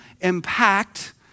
impact